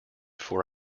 for